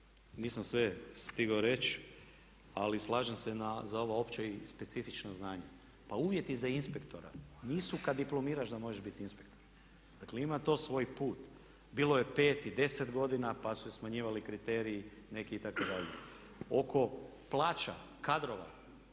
nisam sve stigao reći, ali slažem se za ova opća i specifična znanja. Pa uvjeti za inspektora nisu kad diplomiraš da možeš biti inspektor. Dakle ima to svoj put. Bilo je 5 i 10 godina, pa su se smanjivali kriteriji neki itd. Oko plaća, kadrova,